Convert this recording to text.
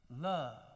love